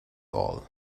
all